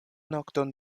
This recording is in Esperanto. nokton